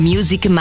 Music